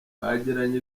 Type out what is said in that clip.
bagiranye